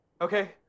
Okay